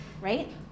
Right